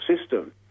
system